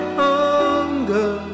hunger